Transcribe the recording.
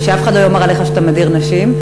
ושאף אחד לא יאמר עליך שאתה מדיר נשים,